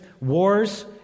wars